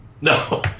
No